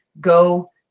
Go